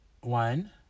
one